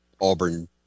Auburn